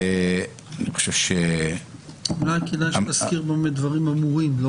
ובתי המשפט הקהילתיים הם אחת מן האפשרויות על